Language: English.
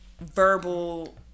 verbal